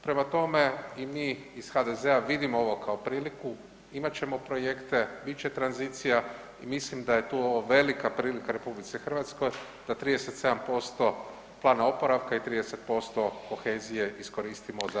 Prema tome, i mi iz HDZ-a vidimo ovo kao priliku, imat ćemo projekte, bit će tranzicija i mislim da je tu ovo velika prilika RH da 37% plana oporavka i 30% kohezije iskoristimo za … [[Govornik se ne razumije]] Hvala.